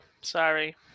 Sorry